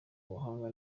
ubuhanga